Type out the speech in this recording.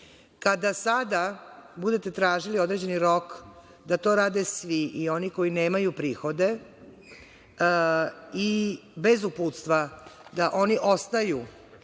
sada budete tražili određeni rok da to rade svi i oni koji nemaju prihode, i bez uputstva da oni ostaju,